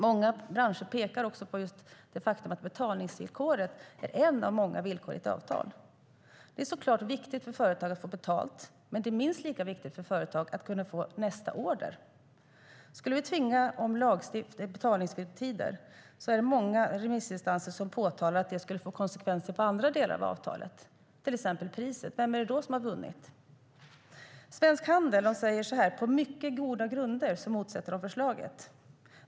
Många branscher pekar på att betalningsvillkoret är ett av många villkor i ett avtal. Det är såklart viktigt för företag att få betalt, men det är minst lika viktigt för företag att kunna få nästa order. Om vi skulle ha tvingande betalningstider är det många remissinstanser som påtalar att det skulle få konsekvenser på andra delar av avtalet, till exempel priset. Vem har då vunnit? Svensk Handel säger att de på mycket goda grunder motsätter sig förslaget.